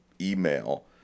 email